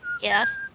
Yes